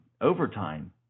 Overtime